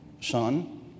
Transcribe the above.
son